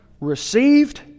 received